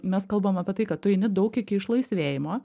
mes kalbam apie tai kad tu eini daug iki išlaisvėjimo